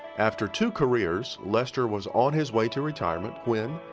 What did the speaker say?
after two careers, lester was on his way to retirement when,